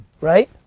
right